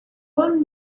one